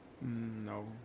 No